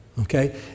okay